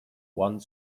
one